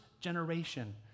generation